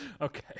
okay